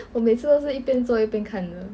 我每次都是一边做一边看的